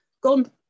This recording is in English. gone